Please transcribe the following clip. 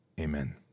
amen